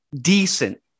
decent